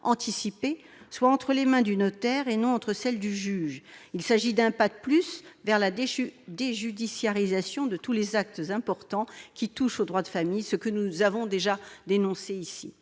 anticipée soit entre les mains du notaire, et non entre celles du juge. Il s'agit d'un pas de plus vers la déjudiciarisation de tous les actes importants qui touchent au droit de la famille, processus que nous avons déjà dénoncé.